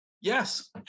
Yes